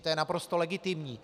To je naprosto legitimní.